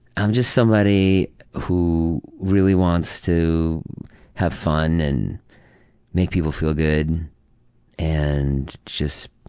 i'm just somebody who really wants to have fun and make people feel good and just